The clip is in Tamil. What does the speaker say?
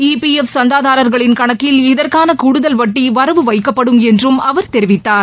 இயிஎஃப் சந்தாதார்களின் கணக்கில் இதற்னள கூடுதல் வட்டி வரவு வைக்கப்படும் என்றும் அவர் தெரிவித்தார்